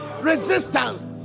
resistance